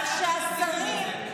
שרן,